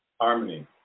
Harmony